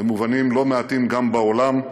ובמובנים לא מעטים גם בעולם.